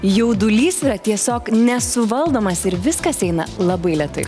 jaudulys yra tiesiog nesuvaldomas ir viskas eina labai lėtai